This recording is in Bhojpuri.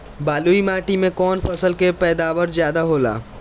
बालुई माटी में कौन फसल के पैदावार ज्यादा होला?